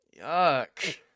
Yuck